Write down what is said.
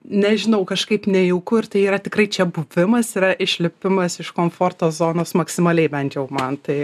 nežinau kažkaip nejauku ir tai yra tikrai čia buvimas yra išlipimas iš komforto zonos maksimaliai bent jau man tai